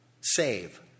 save